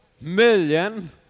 million